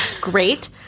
Great